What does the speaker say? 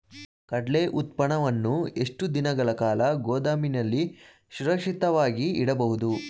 ಕಡ್ಲೆ ಉತ್ಪನ್ನವನ್ನು ಎಷ್ಟು ದಿನಗಳ ಕಾಲ ಗೋದಾಮಿನಲ್ಲಿ ಸುರಕ್ಷಿತವಾಗಿ ಇಡಬಹುದು?